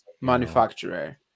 manufacturer